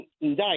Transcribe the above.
indict